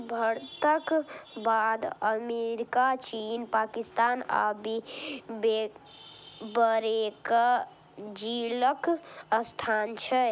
भारतक बाद अमेरिका, चीन, पाकिस्तान आ ब्राजीलक स्थान छै